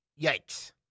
yikes